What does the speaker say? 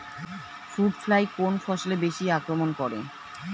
Fruit fly কোন ফসলে বেশি আক্রমন করে?